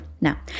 now